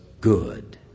good